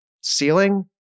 ceiling